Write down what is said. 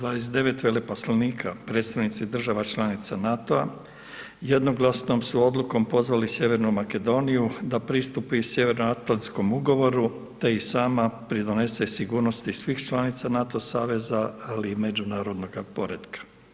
29 veleposlanika, predstavnica država članica NATO-a, jednoglasnom su odlukom, pozvali Sjevernu Makedoniju da pristupi Sjeveroatlantskom ugovoru, te i sama pridonese sigurnosti svih članica NATO saveza ali i međunarodnoga poretka.